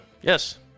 Yes